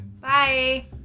bye